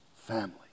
Family